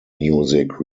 music